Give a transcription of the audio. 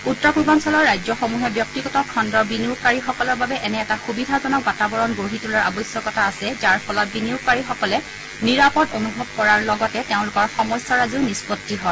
উত্তৰ পূৰ্বাঞ্চলৰ ৰাজ্যসমূহে ব্যক্তিগত খণ্ডৰ বিনিয়োগকাৰীসকলৰ বাবে এনে এটা সুবিধাজনক বাতাবৰণ গঢ়ি তোলাৰ আৱশ্যকতা আছে যাৰ ফলত বিনিয়োগকাৰীসকলে নিৰাপদ অনুভৱ কৰাৰ লগতে তেওঁলোকৰ সমস্যাৰাজিও নিষ্পত্তি হয়